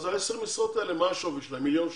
אז עשר המשרות האלה, מה השווי שלהן, מיליון שקל?